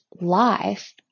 life